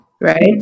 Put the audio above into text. right